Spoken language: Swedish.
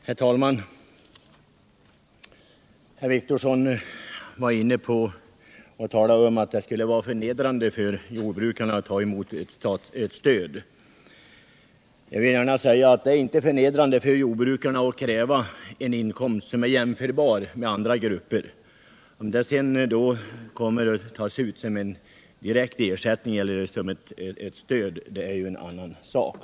Herr talman! Åke Wictorsson talade om att det skulle vara förnedrande för jordbrukarna att ta.emot stöd. Jag vill säga att det inte är förnedrande för jordbrukarna att kräva en inkomst som är jämförbar med andra gruppers — om den sedan tas ut som en direkt ersättning eller som stöd är en annan sak.